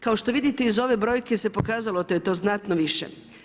Kao što vidite iz ove brojke se pokazalo da je to znatno više.